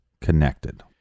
connected